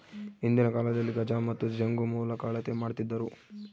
ಹಿಂದಿನ ಕಾಲದಲ್ಲಿ ಗಜ ಮತ್ತು ಜಂಗು ಮೂಲಕ ಅಳತೆ ಮಾಡ್ತಿದ್ದರು